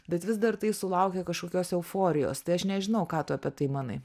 bet vis dar tai sulaukia kažkokios euforijos tai aš nežinau ką tu apie tai manai